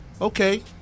Okay